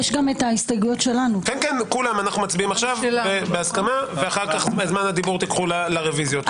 אחר כך זמן הדיבור תיקחו לרביזיות.